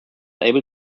able